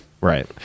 Right